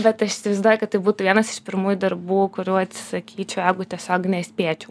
bet aš įsivaizduoju kad tai būtų vienas iš pirmųjų darbų kurių atsisakyčiau jeigu tiesiog nespėčiau